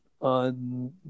on